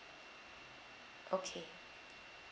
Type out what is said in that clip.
okay